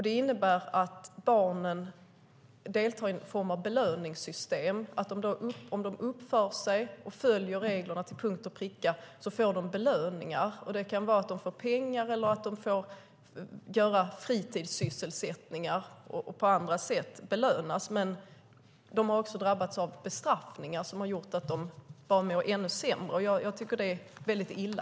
Det innebär att barnen deltar i ett belöningssystem. Om de uppför sig och följer reglerna till punkt och pricka får de belöningar. De kan få pengar, få delta i fritidssysselsättningar eller belönas på annat sätt. Men barnen har också drabbats av bestraffningar som får dem att må ännu sämre. Det är mycket illa.